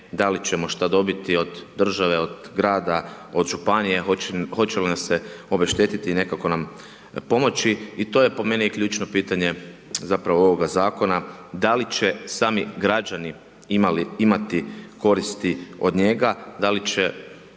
da li ćemo što dobiti od države, od grada, od županije, hoće li nas se obešteti i nekako nam pomoći i to je po meni je ključno pitanje zapravo ovoga zakona, da li će sami građani imati koristi od njega, da li će,